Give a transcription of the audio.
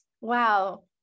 wow